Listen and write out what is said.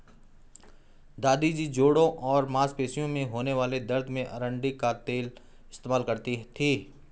दादी जी जोड़ों और मांसपेशियों में होने वाले दर्द में अरंडी का तेल इस्तेमाल करती थीं